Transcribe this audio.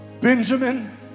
Benjamin